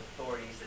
authorities